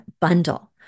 bundle